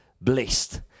blessed